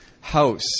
house